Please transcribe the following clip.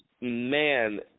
man